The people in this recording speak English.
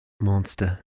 monster